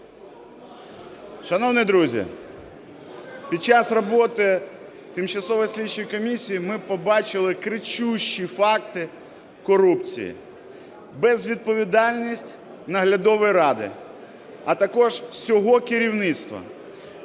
Шановні друзі, під час роботи Тимчасової слідчої комісії ми побачили кричущі факти корупції, безвідповідальність наглядової ради, а також всього керівництва.